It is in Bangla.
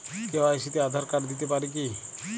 কে.ওয়াই.সি তে আধার কার্ড দিতে পারি কি?